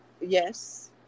yes